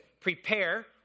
prepare